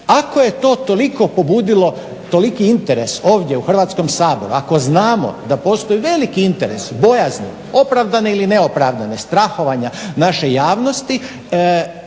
ako je to toliko pobudilo toliki interes ovdje u Hrvatskom saboru, ako znamo da postoji veliki interes, bojazan, opravdane ili neopravdane strahovanja naše javnosti,